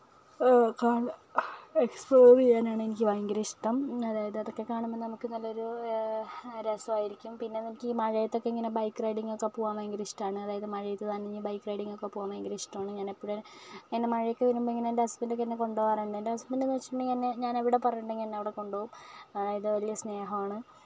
explore ചെയ്യാനാണ് എനിക്ക് ഭയങ്കര ഇഷ്ടം അതായത് അത് ഒക്കെ കാണുമ്പോൾ നമുക്ക് നല്ല ഒരു രസമായിരിക്കും പിന്നെ എനിക്ക് മഴയത്ത് ഒക്കെ ബൈക്ക് റൈഡിങ് പോകാൻ ഒക്കെ ഭയങ്കര ഇഷ്ടമാണ് അതായത് മഴയത്ത് നനഞ്ഞ് ബൈക്ക് റൈഡിങ് ഒക്കെ പോകാൻ ഭയങ്കര ഇഷ്ടം ആണ് ഞാൻ എപ്പോഴും ഇവിടെ മഴയൊക്കെ വരുമ്പോൾ എൻ്റെ ഹസ്ബൻഡ് ഒക്കെ കൊണ്ട് പോകാറുണ്ട് എൻ്റെ ഹസ്ബൻഡ് എന്ന് വെച്ചിട്ടുണ്ടെങ്കിൽ ഞാൻ എവിടെ പറഞ്ഞിട്ടുണ്ടെങ്കിലും എന്നെ അവിടെ കൊണ്ട് പോകും അതായത് വലിയ സ്നേഹം ആണ്